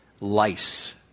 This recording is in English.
lice